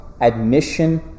admission